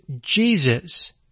Jesus